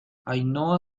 ainhoa